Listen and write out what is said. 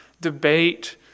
debate